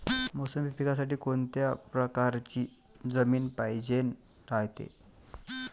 मोसंबी पिकासाठी कोनत्या परकारची जमीन पायजेन रायते?